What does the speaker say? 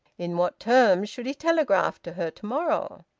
in what terms should he telegraph to her to-morrow?